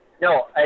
no